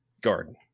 Garden